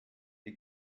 die